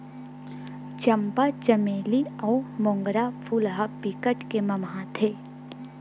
चंपा, चमेली अउ मोंगरा फूल ह बिकट के ममहाथे